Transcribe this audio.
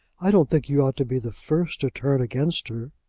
i don't think you ought to be the first to turn against her.